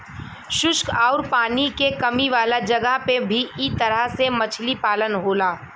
शुष्क आउर पानी के कमी वाला जगह पे भी इ तरह से मछली पालन होला